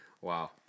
Wow